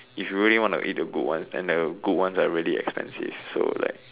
if you really want to eat the good ones then the good ones are really expensive so like